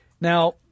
Now